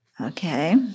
Okay